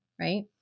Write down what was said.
right